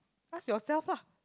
ask yourself uh